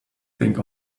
think